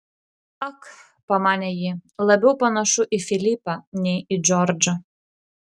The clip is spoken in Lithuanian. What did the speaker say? ak pamanė ji labiau panašu į filipą nei į džordžą